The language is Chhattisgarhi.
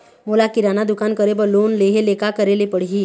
मोला किराना दुकान करे बर लोन लेहेले का करेले पड़ही?